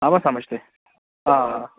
آوا سَمجھ تۅہہِ آ آ